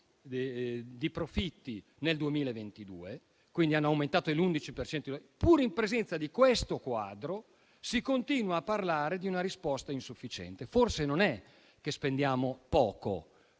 di profitti nel 2022, quindi hanno aumentato dell'11 per cento), pur in presenza di questo quadro, si continui a parlare di una risposta insufficiente. Forse non è che spendiamo poco,